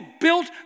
built